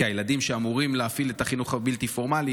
כי הילדים שאמורים להפעיל את החינוך הבלתי-פורמלי,